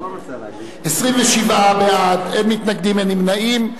בעד, 27, אין מתנגדים, אין נמנעים.